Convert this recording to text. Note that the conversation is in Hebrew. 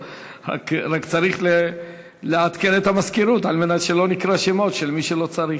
רק צריך לעדכן את המזכירות על מנת שלא נקרא שמות של מי שלא צריך.